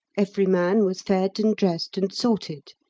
every man was fed, and dressed and sorted.